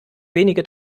wenige